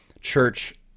church